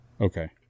Okay